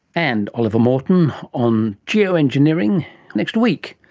and oliver morton on geo-engineering next week.